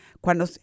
Cuando